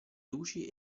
luci